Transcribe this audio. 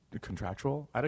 contractual